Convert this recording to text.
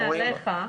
אני גם נכה צה"ל,